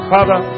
Father